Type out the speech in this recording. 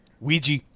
Ouija